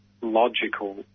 logical